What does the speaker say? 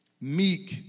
meek